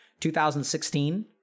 2016